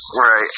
Right